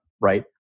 right